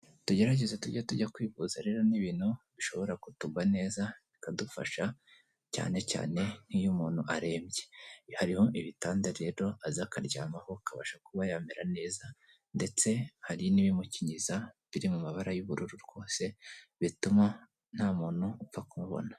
Tugerageze tujye tujya kwivuza rero ni ibintu bishobora kutugwa neza, bikadufasha cyane cyane nk'iyo umuntu arembye, hariho ibitanda rero aza akaryamaho kabasha kuba yamera neza ndetse hari n'ibimukingiriza biriri mu mabara y'ubururu, rwose bituma nta muntu upfa kumubona.